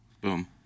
Boom